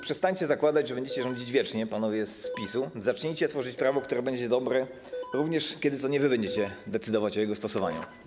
Przestańcie więc zakładać, że będziecie rządzić wiecznie, panowie z PiS-u, zacznijcie tworzyć prawo, które będzie dobre również wtedy, kiedy to nie wy będziecie decydować o jego stosowaniu.